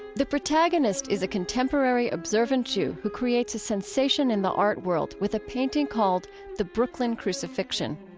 the protagonist is a contemporary observant jew who creates a sensation in the art world with a painting called the brooklyn crucifixion.